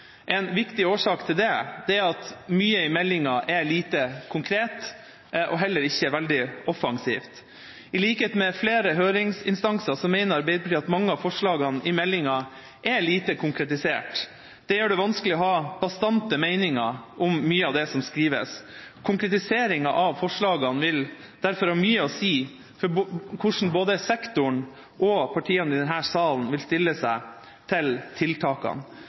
En viktig årsak til det er at mye i meldinga er lite konkret og heller ikke veldig offensivt. I likhet med flere høringsinstanser mener Arbeiderpartiet at mange av forslagene i meldinga er lite konkretisert. Det gjør det vanskelig å ha bastante meninger om mye av det som skrives. Konkretiseringen av forslagene vil derfor ha mye å si for hvordan både sektoren og partiene i denne salen vil stille seg til tiltakene.